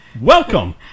welcome